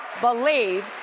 believe